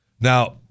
Now